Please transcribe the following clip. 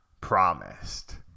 promised